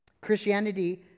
Christianity